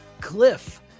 cliff